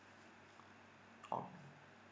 oh